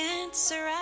answer